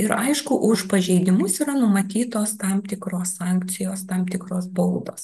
ir aišku už pažeidimus yra numatytos tam tikros sankcijos tam tikros baudos